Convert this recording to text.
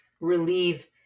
relieve